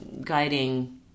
guiding